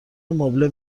مبله